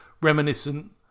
reminiscent